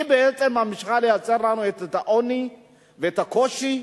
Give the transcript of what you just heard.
היא בעצם ממשיכה לייצר לנו את העוני ואת הקושי,